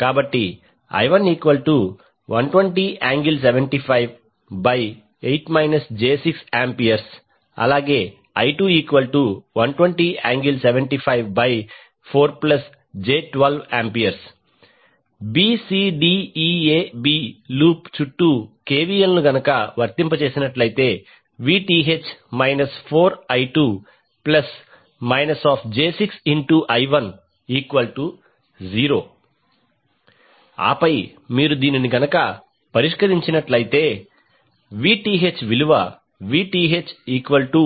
కాబట్టి I1120∠758 j6AI2120∠754j12A bcdeab loop చుట్టూ KVL ను వర్తింపచేస్తే VTh 4I2I10 ఆపై మీరు దీనిని పరిష్కరిస్తే VTh4I2j6I1